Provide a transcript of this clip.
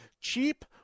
cheap